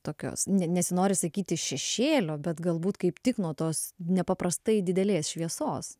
tokios ne nesinori sakyti šešėlio bet galbūt kaip tik nuo tos nepaprastai didelės šviesos